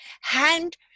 hand